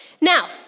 Now